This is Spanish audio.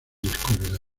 descubridor